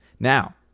Now